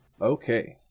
Okay